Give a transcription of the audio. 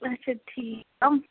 اَچھا ٹھیٖک یِم